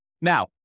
Now